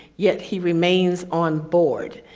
yet he remains on board.